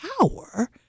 power